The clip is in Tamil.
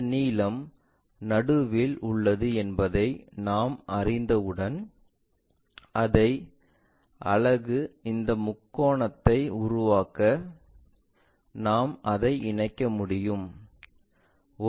இந்த நீளம் நடுவில் உள்ளது என்பதை நாம் அறிந்தவுடன் அதே அழகு அந்த முக்கோணத்தை உருவாக்க நாம் அதை இணைக்க முடியும்